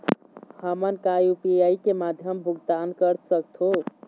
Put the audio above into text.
हमन का यू.पी.आई के माध्यम भुगतान कर सकथों?